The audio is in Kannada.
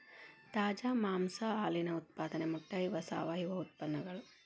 ತಾಜಾ ಮಾಂಸಾ ಹಾಲಿನ ಉತ್ಪಾದನೆ ಮೊಟ್ಟೆ ಇವ ಸಾವಯುವ ಉತ್ಪನ್ನಗಳು